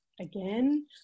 again